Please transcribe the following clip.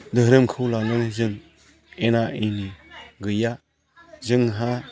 धोरोमखौ लानानै जों एना एनि गैया जोंहा